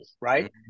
right